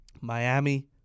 Miami